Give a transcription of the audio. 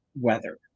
weather